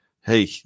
hey